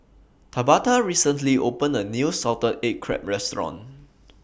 Tabatha recently opened A New Salted Egg Crab Restaurant